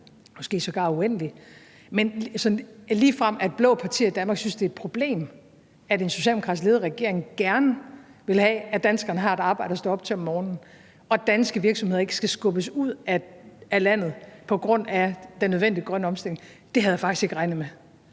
måske sågar uendelig, men at blå partier i Danmark ligefrem synes, det er et problem, at en socialdemokratisk ledet regering gerne vil have, at danskerne har et arbejde at stå op til om morgenen, og at danske virksomheder ikke skal skubbes ud af landet på grund af den nødvendige grønne omstilling, havde jeg faktisk ikke regnet med.